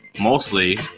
mostly